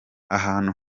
ahantu